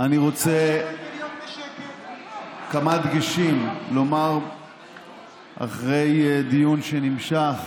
אני רוצה כמה דגשים לומר אחרי דיון שנמשך